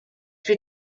wir